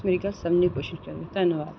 मेरे स्हाबै कन्नै सभनें कोशिश करनी ऐ धन्नवाद